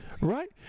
Right